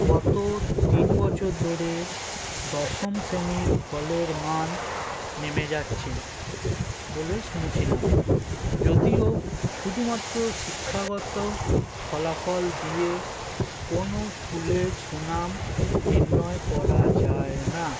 গত তিন বছর ধরে দশম শ্রেণীর ফলের মান নেমে যাচ্ছে বলে শুনেছিলাম যদিও শুধুমাত্র শিক্ষাগত ফলাফল দিয়ে কোনো স্কুলের সুনাম নির্ণয় করা যায় না